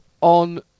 on